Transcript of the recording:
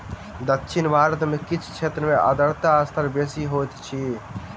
दक्षिण भारत के किछ क्षेत्र में आर्द्रता स्तर बेसी होइत अछि